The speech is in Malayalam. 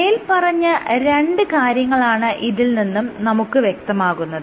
മേല്പറഞ്ഞ രണ്ട് കാര്യങ്ങളാണ് ഇതിൽ നിന്നും നമുക്ക് വ്യക്തമാകുന്നത്